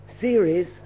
series